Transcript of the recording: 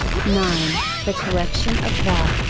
nine the correction of the,